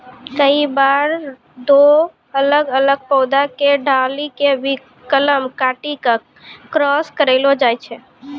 कई बार दो अलग अलग पौधा के डाली कॅ भी कलम काटी क क्रास करैलो जाय छै